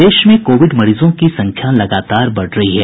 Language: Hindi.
प्रदेश में कोविड मरीजों की संख्या लगातार बढ़ रही है